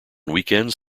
weekends